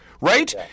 right